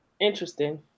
interesting